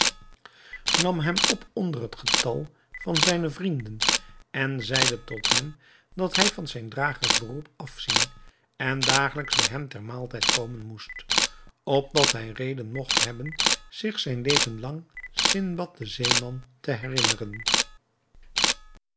nam hem op onder het getal van zijne vrienden en zeide tot hem dat hij van zijn dragersberoep afzien en dagelijks bij hem ter maaltijd komen moest opdat hij reden mogt hebben zich zijn leven lang sindbad den zeeman te herinneren